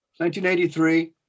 1983